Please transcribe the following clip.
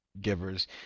Givers